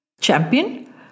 champion